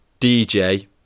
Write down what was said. DJ